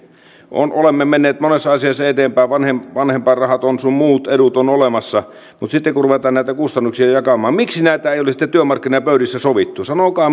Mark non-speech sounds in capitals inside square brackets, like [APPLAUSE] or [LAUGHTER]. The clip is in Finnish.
olemme menneet monessa asiassa eteenpäin vanhempainrahat sun muut edut ovat olemassa mutta sitten kun ruvetaan näitä kustannuksia jakamaan niin miksi näitä ei ole sitten työmarkkinapöydissä sovittu sanokaa [UNINTELLIGIBLE]